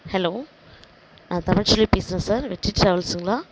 hello நான் தமிழ்செல்வி பேசுகிறேன் sir Vetri டிராவல்ஸுங்களா